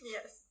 Yes